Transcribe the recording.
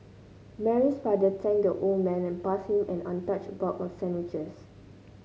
Mary's father thanked the old man and passed him an untouched box of sandwiches